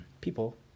people